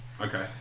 Okay